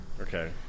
Okay